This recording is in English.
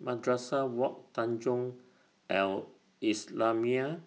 Madrasah Wak Tanjong Al Islamiah